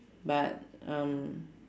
but um